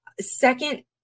second